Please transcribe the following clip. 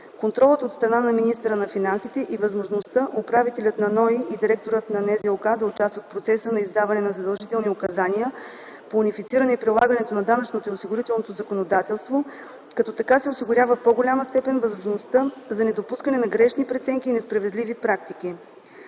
Контролът от страна на министъра на финансите и възможността управителят на НОИ и директорът на НЗОК да участват в процеса на издаване на задължителни указания по унифициране прилагането на данъчното и осигурителното законодателство осигуряват в по голяма степен възможност за недопускане на грешни преценки и несправедливи практики.